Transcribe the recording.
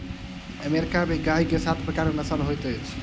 America में गाय के सात प्रकारक नस्ल होइत अछि